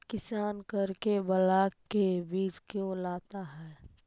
किसान करने ब्लाक से बीज क्यों लाता है?